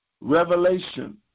revelation